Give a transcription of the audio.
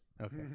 Okay